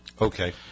Okay